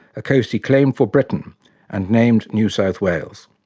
a coast he claimed for britain and named new south wales.